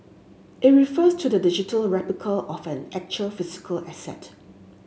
it refers to the digital replica of an actual physical asset